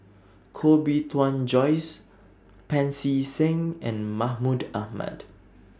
Koh Bee Tuan Joyce Pancy Seng and Mahmud Ahmad